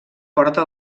porta